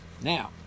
Now